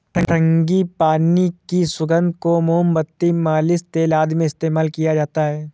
frangipani की सुगंध को मोमबत्ती, मालिश तेल आदि में इस्तेमाल किया जाता है